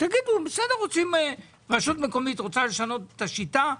תגידו שרשות מקומית רוצה לשנות את השיטה,